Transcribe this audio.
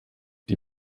die